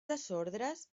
desordres